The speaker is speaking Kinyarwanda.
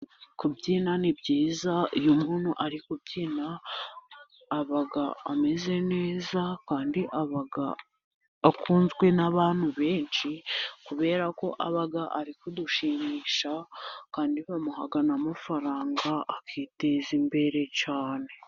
Kubyina ni byiza, iyo umuntu ari kubyina, aba ameze neza, kandi aba akunzwe n'abantu benshi, kubera ko aba ari kudushimisha, kandi bamuha n'amafaranga, akiteza imbere cyane.